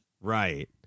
right